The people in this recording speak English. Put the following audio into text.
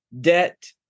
debt